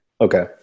Okay